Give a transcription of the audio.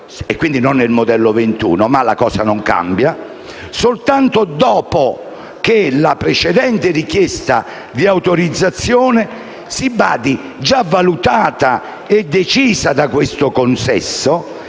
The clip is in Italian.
e quindi non nel modello 21 - ma la cosa non cambia - soltanto dopo che la precedente richiesta di autorizzazione - si badi, già valutata e decisa da questo consesso